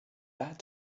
that